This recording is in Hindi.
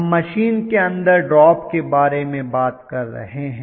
हम मशीन के अंदर ड्रॉप के बारे में बात कर रहे हैं